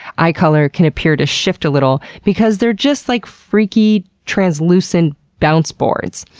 eye color can appear to shift a little because they're just like freaky translucent bounce boards.